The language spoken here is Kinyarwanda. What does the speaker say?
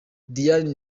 diane